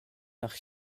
nach